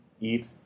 eat